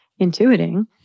intuiting